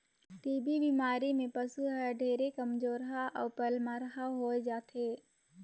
TB बेमारी में पसु हर ढेरे कमजोरहा अउ पलमरहा होय जाथे